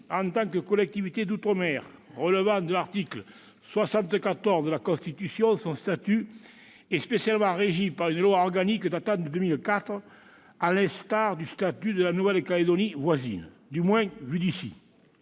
en tant que collectivité d'outre-mer relevant de l'article 74 de la Constitution : son statut est spécialement régi par une loi organique datant de 2004, à l'instar du statut de la Nouvelle-Calédonie voisine- du moins vu d'ici